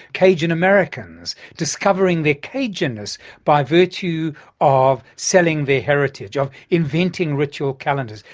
cajun americans discovering their cajun-ness by virtue of selling their heritage, of inventing ritual calendars.